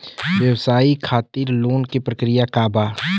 व्यवसाय खातीर लोन के प्रक्रिया का बा?